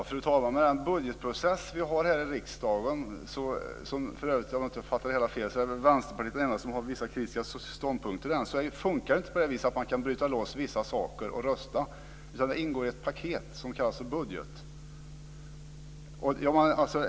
Fru talman! Med den budgetprocess vi har i riksdagen - om jag inte har förstått fel är Vänsterpartiet det enda parti med kritiska ståndpunkter mot den - fungerar det inte så att det går att bryta loss vissa saker för att sedan rösta om dem. De ingår i ett paket som kallas för budget.